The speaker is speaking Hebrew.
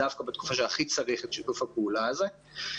דווקא בתקופה שהכי צריך את שיתוף הפעולה הזה.